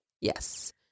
Yes